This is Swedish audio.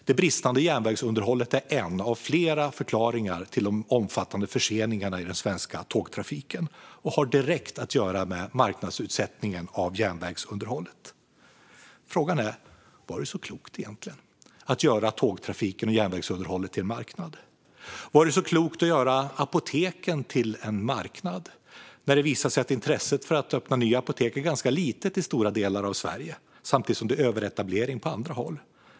Det bristande järnvägsunderhållet är en av flera förklaringar till de omfattande förseningarna i den svenska tågtrafiken och har direkt att göra med marknadsutsättningen av järnvägsunderhållet. Frågan är: Var det egentligen så klokt att göra tågtrafiken och järnvägsunderhållet till en marknad? Var det så klokt att göra apoteken till en marknad när det visar sig att intresset för att öppna apotek är ganska litet i stora delar av Sverige samtidigt som det är överetablering på andra håll?